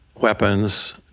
weapons